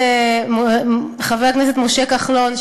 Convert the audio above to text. חבר הכנסת משה כחלון,